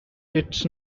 its